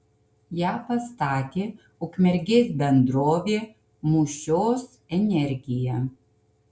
ją pastatė ukmergės bendrovė mūšios energija